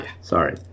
Sorry